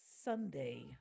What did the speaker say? Sunday